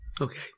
Okay